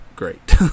Great